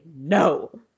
no